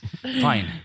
fine